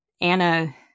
Anna